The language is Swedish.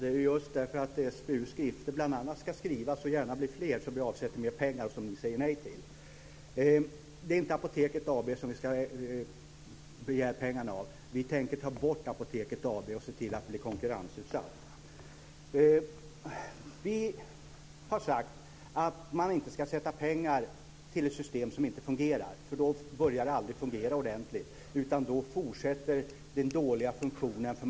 Fru talman! Det är just bl.a. för att SBU:s skrifter ska skrivas, och gärna bli fler, som vi avsätter mer pengar. Det säger ni nej till. Det är inte Apoteket AB som vi ska begära pengarna av. Vi tänker ta bort Apoteket AB och se till att det blir konkurrensutsatt. Vi har sagt att man inte ska sätta in pengar i ett system som inte fungerar. Då börjar det aldrig fungera ordentligt utan då fortsätter den dåliga funktionen.